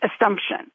assumption